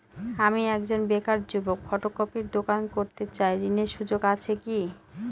আমি একজন বেকার যুবক ফটোকপির দোকান করতে চাই ঋণের সুযোগ আছে কি?